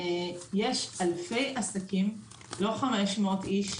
יש אלפי עסקים, לא 500 איש,